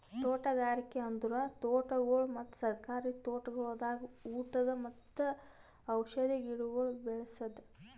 ತೋಟಗಾರಿಕೆ ಅಂದುರ್ ತೋಟಗೊಳ್ ಮತ್ತ ಸರ್ಕಾರಿ ತೋಟಗೊಳ್ದಾಗ್ ಉಟದ್ ಮತ್ತ ಔಷಧಿ ಗಿಡಗೊಳ್ ಬೇಳಸದ್